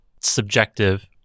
subjective